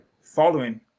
following